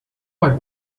might